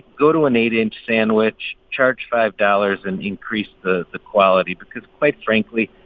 go to an eight inch sandwich, charge five dollars and increase the the quality because, quite frankly,